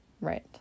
right